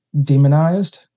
demonized